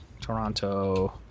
Toronto